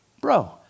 bro